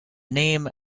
name